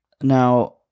Now